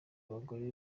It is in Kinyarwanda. abagore